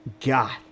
God